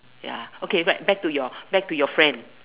ya okay back back to your back to your friends